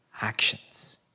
Actions